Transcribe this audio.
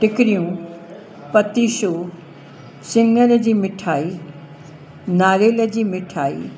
टिकिड़ियूं पतीशो सिंङर जी मिठाई नारेल जी मिठाई